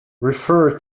refer